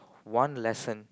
one lesson